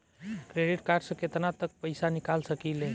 Credit card से केतना तक पइसा निकाल सकिले?